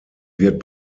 wird